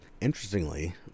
Interestingly